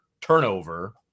turnover